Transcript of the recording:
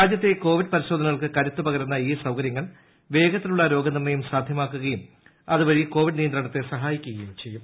രാജ്യത്തെ കോവിഡ് പരിശോധനകൾക്ക് കരുത്ത് പക്കരുന്ന ഈ സൌകര്യങ്ങൾ വേഗത്തിലുള്ള രോഗനിർണയം സ്റ്റ്യോക്കുകയും അതുവഴി കോവിഡ് നിയന്ത്രണത്തെ സഹായിക്കുകയും ചെയ്യും